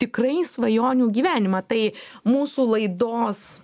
tikrai svajonių gyvenimą tai mūsų laidos